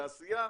תעשייה,